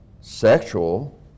sexual